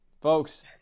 Folks